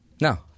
No